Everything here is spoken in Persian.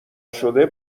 شده